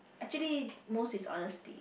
actually most is honesty